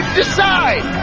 decide